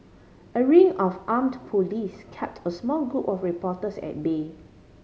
a ring of armed police kept a small group of reporters at bay